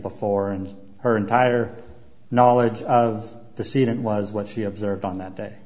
before and her entire knowledge of the seating was what she observed on that day